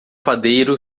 padeiro